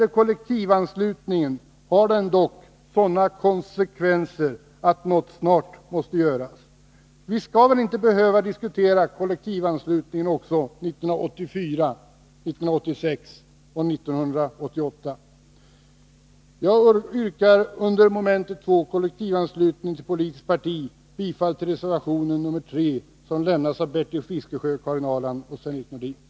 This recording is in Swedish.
Men kollektivanslutningen har sådana konsekvenser att något snart måste göras. Vi skall väl inte behöva diskutera kollektivanslutningen också 1984, 1986 och 1988? Jag yrkar under mom. 2, kollektivanslutning till politiskt parti, bifall till reservation nr 3, som lämnats av Bertil Fiskesjö, Karin Ahrland och Sven-Erik Nordin.